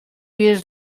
years